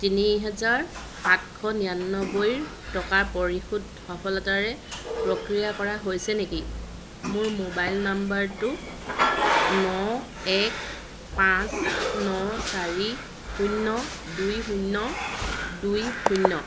তিনি হাজাৰ সাতশ নিৰানব্বৈ পৰিশোধ সফলতাৰে প্ৰক্ৰিয়া কৰা হৈছে নেকি মোৰ মোবাইল নম্বৰটো ন এক পাঁচ ন চাৰি শূন্য দুই শূন্য দুই শূন্য